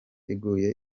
iguye